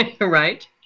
Right